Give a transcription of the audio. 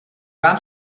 vám